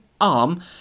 arm